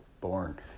born